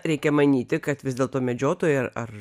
reikia manyti kad vis dėlto medžiotojai ar